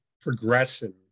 progressing